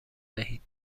دهید